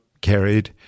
carried